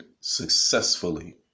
successfully